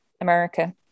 america